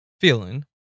feeling